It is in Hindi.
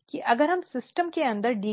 इसलिए यदि यह पीड़ित अपनी शिकायत के बारे में बोल रही है या यदि यह प्रतिवादी उन आरोपों का खंडन कर रहा है जो दोनों स्थितियों में उसके खिलाफ लगाए गए हैं तो समिति को धैर्य दिखाना चाहिए और पूरी घटना या घटनाओं को बताने के लिए पार्टियों को पर्याप्त समय देना चाहिए जिनसे शिकायतों का गठन होता हो या जिनका शिकायत का खंडन करने के उद्देश्य से व्याख्या करना महत्वपूर्ण हो और प्रक्रिया में यथासंभव कम रुकावटें